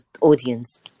audience